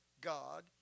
God